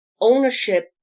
ownership